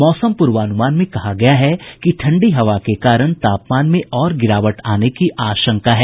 मौसम पूर्वानुमान में कहा गया है कि ठंडी हवा के कारण तापमान में और गिरावट आने की आशंका है